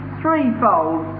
threefold